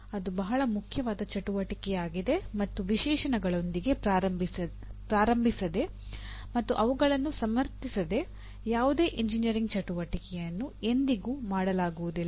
ಅದು ಬಹಳ ಮುಖ್ಯವಾದ ಚಟುವಟಿಕೆಯಾಗಿದೆ ಮತ್ತು ವಿಶೇಷಣಗಳೊಂದಿಗೆ ಪ್ರಾರಂಭಿಸದೆ ಮತ್ತು ಅವುಗಳನ್ನು ಸಮರ್ಥಿಸದೆ ಯಾವುದೇ ಎಂಜಿನಿಯರಿಂಗ್ ಚಟುವಟಿಕೆಯನ್ನು ಎಂದಿಗೂ ಮಾಡಲಾಗುವುದಿಲ್ಲ